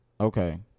Okay